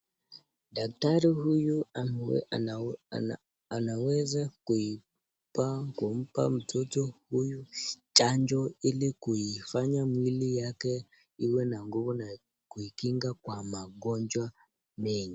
Daktari huyu anaweza kumpa mtoto huyu chanjo hili kuifanya mwili yake iwe na nguvu na kuikinga kwa magonjwa mengi.